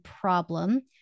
problem